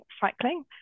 cycling